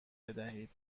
بدهید